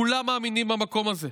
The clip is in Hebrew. כולם מאמינים במקום הזה.